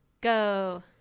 go